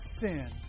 sin